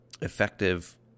effective